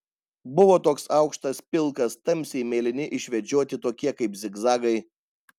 buvo toks aukštas pilkas tamsiai mėlyni išvedžioti tokie kaip zigzagai